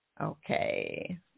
Okay